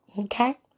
Okay